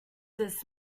this